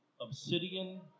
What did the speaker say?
Obsidian